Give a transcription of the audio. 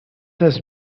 has